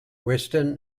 western